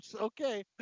okay